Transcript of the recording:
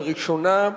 לראשונה,